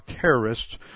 terrorists